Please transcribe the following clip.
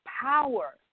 power